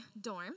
dorm